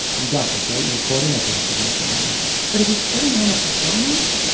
you got this, right? you're recording? ok, i'll fall on the floor now but if he's putting on a performance,